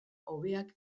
hobeak